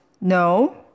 no